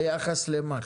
ביחס למה?